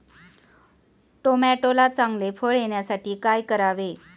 टोमॅटोला चांगले फळ येण्यासाठी काय करावे?